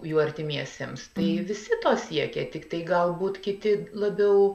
jų artimiesiems tai visi to siekia tiktai galbūt kiti labiau